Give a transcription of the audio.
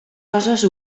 coses